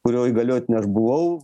kurio įgaliotiniu aš buvau